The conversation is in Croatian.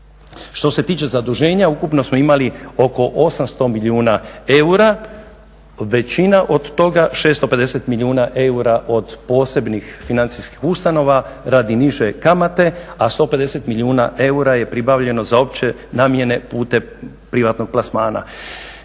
Što se tiče zaduženja, ukupno smo imali oko 800 milijuna eura, većina od toga, 650 milijuna eura od posebnih financijskih ustanova radi niže kamate a 150 milijuna eura je pribavljeno za opće namjene putem privatnog plasmana.